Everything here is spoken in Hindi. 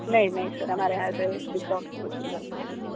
नहीं नहीं सर हमारे यहाँ ऐसे डिस्काउंट की कोई सुविधा उपलब्ध नहीं है